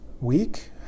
week